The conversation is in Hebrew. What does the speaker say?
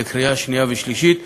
בקריאה שנייה ושלישית.